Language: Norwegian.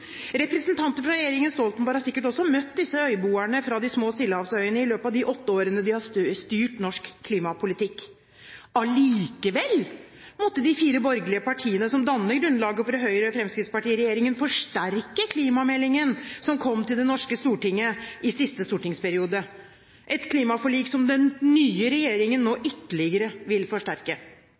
Representanter fra regjeringen Stoltenberg har sikkert også møtt disse øyboerne fra de små stillehavsøyene i løpet av de åtte årene de har styrt norsk klimapolitikk. Allikevel måtte de fire borgerlige partiene som danner grunnlaget for Høyre–Fremskrittsparti-regjeringen, forsterke klimameldingen som kom til det norske storting i siste stortingsperiode, et klimaforlik som den nye regjeringen nå ytterligere vil forsterke.